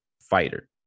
fighter